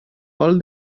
pol